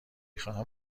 خواهم